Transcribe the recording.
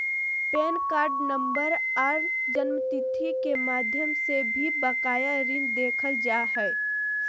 pan card number आर जन्मतिथि के माध्यम से भी बकाया ऋण देखल जा हय